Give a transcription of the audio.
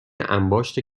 انباشت